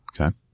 Okay